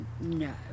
No